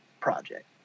project